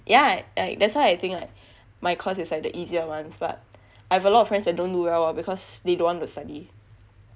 yah like that's why I think like my course is like the easier ones but I have a lot of friends that don't do well lor because they don't want to study